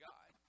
God